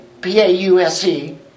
P-A-U-S-E